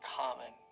common